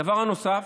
הדבר הנוסף